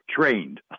trained